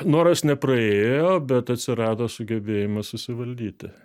noras nepraėjo bet atsirado sugebėjimas susivaldyti